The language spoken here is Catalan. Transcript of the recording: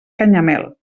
canyamel